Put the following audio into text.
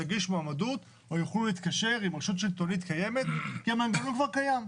יגיש מועמדות ויוכלו להתקשר עם רשות שלטונית קיימת כי המנגנון כבר קיים.